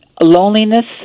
loneliness